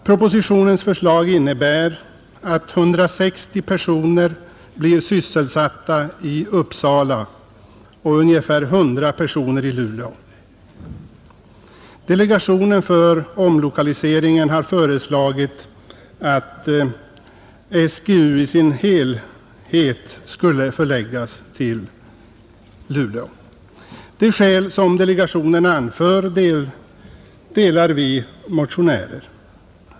Propositionens förslag innebär att 160 personer blir sysselsatta i Uppsala och ungefär 100 personer i Luleå. Delegationen för omlokaliseringen har föreslagit att SGU i sin helhet skulle förläggas till Luleå. De skäl härför som delegationen anför finner vi motionärer bärande.